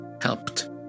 helped